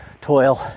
toil